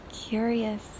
curious